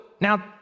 now